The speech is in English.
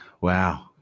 Wow